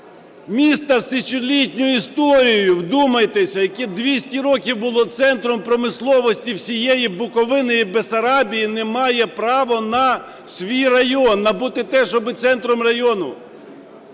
Місто з тисячолітньою історією – вдумайтеся! - яке 200 років було центром промисловості всієї Буковини і Бессарабії, не має права на свій район, набути те, щоб бути центром району.